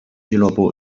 俱乐部